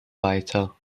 weiter